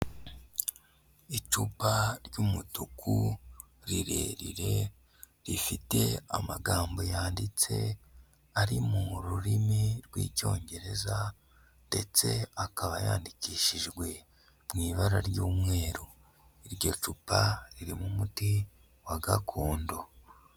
Icupa ry'umutuku rirerire rifite amagambo yanditse ari mu rurimi rw'Icyongereza ndetse akaba yandikishijwe mu ibara ry'umweru. iryo cupa ririmo umuti wa gakondo.